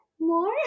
more